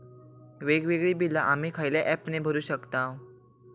वेगवेगळी बिला आम्ही खयल्या ऍपने भरू शकताव?